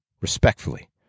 respectfully